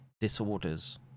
disorders